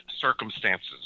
circumstances